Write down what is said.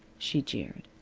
she jeered.